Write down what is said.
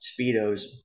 Speedos